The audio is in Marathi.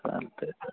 चालत आहे